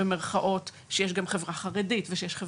היום זה כבר בכל ארצות הברית ואתה מגיע בקיץ,